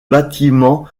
bâtiments